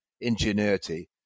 ingenuity